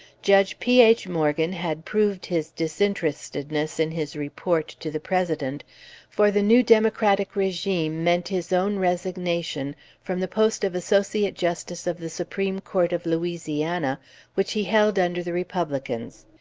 judge p. h. morgan had proved his disinterestedness in his report to the president for the new democratic regime meant his own resignation from the post of associate justice of the supreme court of louisiana which he held under the republicans.